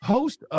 Host